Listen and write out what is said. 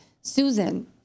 susan